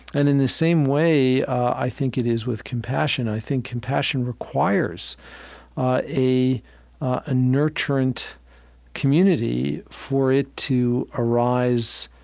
and in the same way, i think it is with compassion. i think compassion requires a ah nurturant community for it to arise,